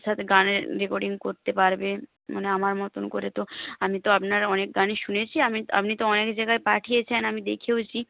সাথে গানের রেকর্ডিং করতে পারবে মানে আমার মতন করে তো আমি তো আপনার অনেক গানই শুনেছি আমি আপনি তো অনেক জায়গায় পাঠিয়েছেন আমি দেখেওছি